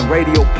Radio